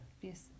Yes